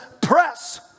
press